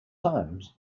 times